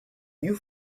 you